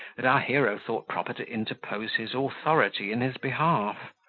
that our hero thought proper to interpose his authority in his behalf.